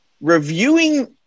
reviewing